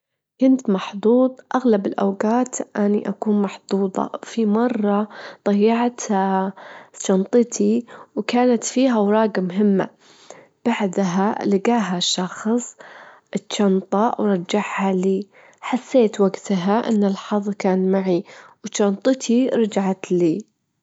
أجيلك رقم- رقم هاتف متلًا؛ اتنين إداش، صفر، صفر، تسعة، تمانية، خمسة، سبعة، تمانية، تسعة.